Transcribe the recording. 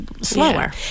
slower